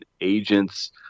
agents